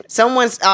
Someone's